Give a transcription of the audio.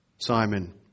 Simon